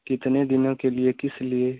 कितने दिनों के लिए किस लिए